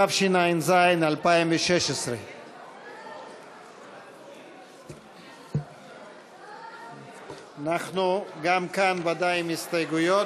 התשע"ז 2016. אנחנו גם כאן ודאי עם הסתייגויות.